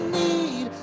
need